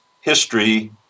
history